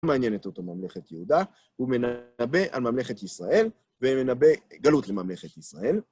לא מעניינת אותו ממלכת יהודה, הוא מנבא על ממלכת ישראל, ומנבא גלות לממלכת ישראל.